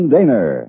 Daner